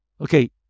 Okay